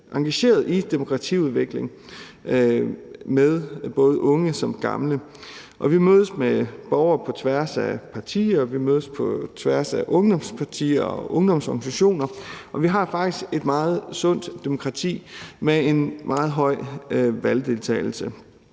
engagerede i demokratiudvikling med både unge og gamle. Vi mødes med borgere på tværs af partier, vi mødes på tværs af ungdomspartier og ungdomsorganisationer, og vi har faktisk et meget sundt demokrati med en meget høj valgdeltagelse.